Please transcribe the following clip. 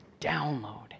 download